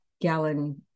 gallon